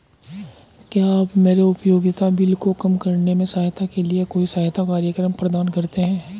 क्या आप मेरे उपयोगिता बिल को कम करने में सहायता के लिए कोई सहायता कार्यक्रम प्रदान करते हैं?